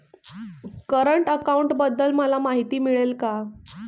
Current अकाउंटबद्दल मला माहिती मिळेल का?